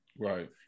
right